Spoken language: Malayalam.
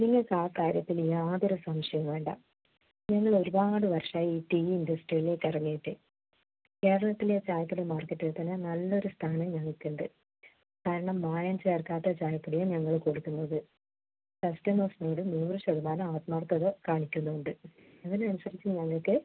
നിങ്ങൾക്ക് ആ കാര്യത്തിൽ യാതൊരു സംശയവും വേണ്ട ഞങ്ങളൊരുപാട് വർഷമായി ഈ ടീ ഇൻഡസ്ട്രിയിലേക്ക് ഇറങ്ങിയിട്ട് കേരളത്തിലെ ചായപ്പൊടി മാർക്കറ്റിൽ തന്നെ നല്ലൊരു സ്ഥാനം ഞങ്ങൾക്കുണ്ട് കാരണം മായം ചേർക്കാത്ത ചായപ്പൊടിയാണ് ഞങ്ങൾ കൊടുക്കുന്നത് കസ്റ്റമേഴ്സിനോട് നൂറ് ശതമാനം ആത്മാർത്ഥത കാണിക്കുന്നുണ്ട് അതിനനുസരിച്ച് ഞങ്ങൾക്ക്